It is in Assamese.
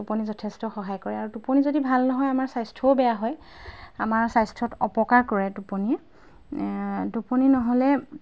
টোপনি যথেষ্ট সহায় কৰে আৰু টোপনি যদি ভাল নহয় আমাৰ স্বাস্থ্যও বেয়া হয় আমাৰ স্বাস্থ্যত অপকাৰ কৰে টোপনি টোপনি নহ'লে